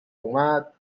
اومد